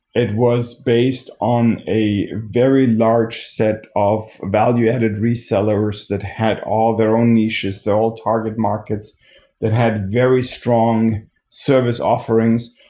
it was based on a very large set of value-added resellers that had all their own niches, their all target markets that had very strong service offerings,